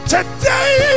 Today